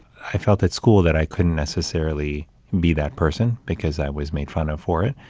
i felt, at school, that i couldn't necessarily be that person because i was made fun of for it.